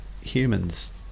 humans